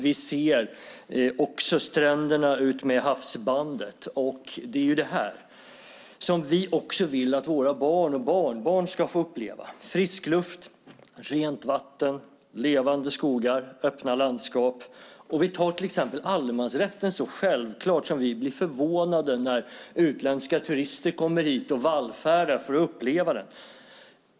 Vi ser också stränderna utmed havsbandet. Vi vill att också våra barn och barnbarn ska få uppleva frisk luft, rent vatten, levande skogar och öppna landskap. Till exempel är allemansrätten så självklar för oss att vi blir förvånade när utländska turister kommer hit och vallfärdar för att uppleva den.